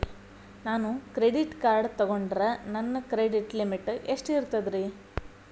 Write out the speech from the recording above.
ನಾನು credit card ತೊಗೊಂಡ್ರ ನನ್ನ ಕ್ರೆಡಿಟ್ ಲಿಮಿಟ್ ಎಷ್ಟ ಇರ್ತದ್ರಿ?